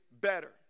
better